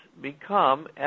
become